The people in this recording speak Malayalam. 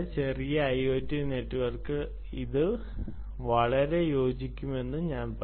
ചെറിയ ഐഒടി നെറ്റ്വർക്കുകൾക്ക് വളരെ നന്നായി യോജിക്കുമെന്ന് ഞാൻ പറയും